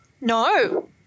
no